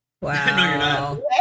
wow